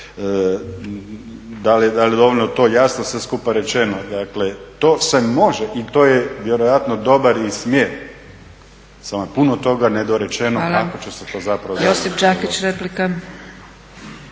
da li je dovoljno to jasno sve skupa rečeno, dakle to se može i to je vjerojatno dobar i smjer, samo je puno toga nedorečeno kako će se to zapravo …